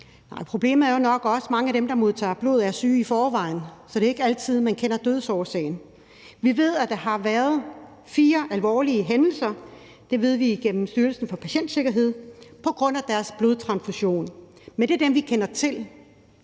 problemet er jo nok også, at mange af dem, der modtager blod, er syge i forvejen, så det er ikke altid, man kender dødsårsagen. Vi ved, at der har været fire alvorlige hændelser – det ved vi fra Styrelsen for Patientsikkerhed – på grund af blodtransfusion. Men det er dem, vi kender til.